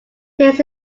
this